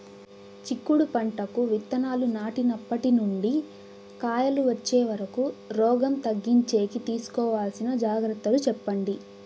చిక్కుడు పంటకు విత్తనాలు నాటినప్పటి నుండి కాయలు వచ్చే వరకు రోగం తగ్గించేకి తీసుకోవాల్సిన జాగ్రత్తలు చెప్పండి?